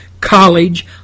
College